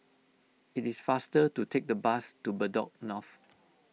it is faster to take the bus to Bedok North